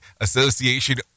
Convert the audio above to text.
association